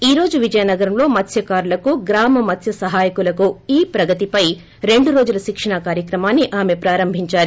ఈ రోజు విజయనగరంలో మత్సకారులకు గ్రామ మత్స్ సహాయకులకు ఇ ప్రగతి పై రెండు రోజుల శిక్షణా కార్యక్రమాన్ని ఆమె ప్రారంభిందారు